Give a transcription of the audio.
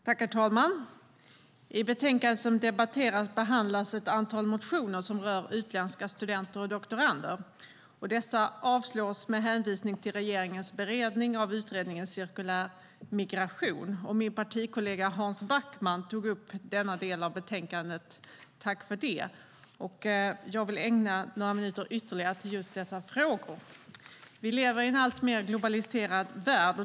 Herr talman! I det betänkande som debatteras behandlas ett antal motioner som rör utländska studenter och doktorander. Dessa avslås med hänvisning till regeringens beredning av utredningen om cirkulär migration. Min partikollega Hans Backman tog upp denna del av betänkandet - tack för det! Jag vill ägna några minuter ytterligare till just dessa frågor. Vi lever i en alltmer globaliserad värld.